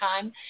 time